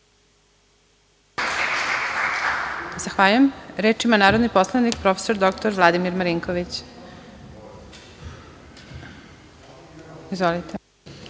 Zahvaljujem. Reč ima narodni poslanik prof. dr Vladimir Marinković. Izvolite.